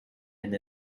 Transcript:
and